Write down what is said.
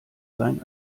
sein